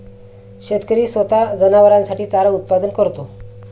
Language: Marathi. शेतकरी स्वतः जनावरांसाठी चारा उत्पादन करतो